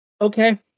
Okay